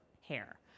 hair